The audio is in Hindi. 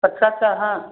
अच्छा अच्छा हाँ